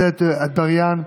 גלית דיסטל אטבריאן,